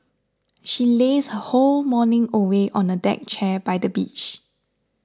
she lazed her whole morning away on a deck chair by the beach